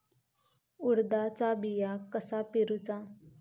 उडदाचा बिया कसा पेरूचा?